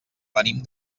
venim